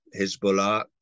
Hezbollah